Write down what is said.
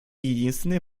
единственное